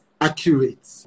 accurate